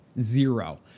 zero